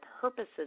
purposes